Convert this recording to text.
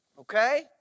okay